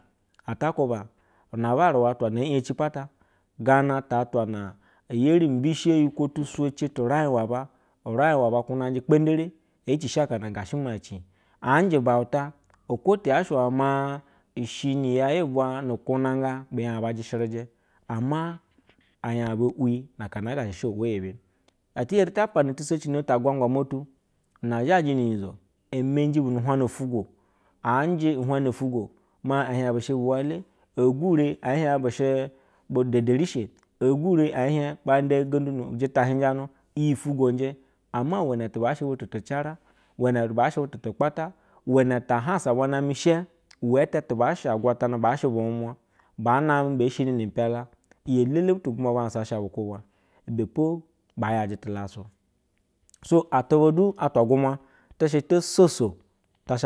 Ata kwuba, unabare wa ata na ee iyeci pata. Gana ta atwa eri mbishi eyikwo tusoci uraij wa aba. Uraij wa aba kwunagje kpendere. Ce ci shi akana ga shemaa eci aa nje ubauta, okwo te yaa she iwe maa ishe ya yiwa nu-ukwunaga be nya aba jeshɛrɛjɛ ama nya aba wi na kana aa gashe o wo yebe eti eri ata pana tise no ta agwangwa tu na zhaje nu-unyizo, e menji bu nu-uhwjna ufwugo aa njɛ ihwjne ufwugwo maa e hiej be she buwale, ee gwure ee hiej ba nda ugondu nu-ujita hi-jjanu iyi fwugwo nje, ama iwene tu baa shɛ butu rɛ cara iwɛnɛ baa shɛ butu tu kpataa, iwenɛ ta ahansa bwa namɛ shɛɛ, iwɛ ɛta tɛ she agwatana baa sheɛ buumuwa baa namɛ bee shini ni mpiala iyi elele butu gwumwa ba hansa ahsa bu kwubwa ibe po baa yajɛ tulasu. So, atuba du atwa gwumwa tɛ shɛ to soso tasha.